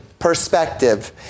Perspective